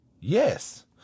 Yes